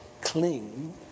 cling